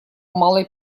малой